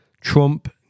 Trump